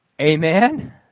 Amen